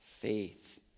faith